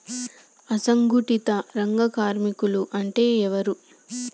అసంఘటిత రంగ కార్మికులు అంటే ఎవలూ?